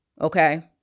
okay